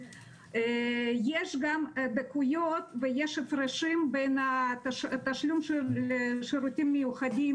יש גם דקויות ויש הפרשים בין התשלום של שירותים מיוחדים